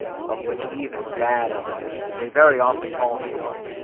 of which even, bad as it is, they very often fall short,